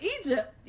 Egypt